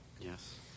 Yes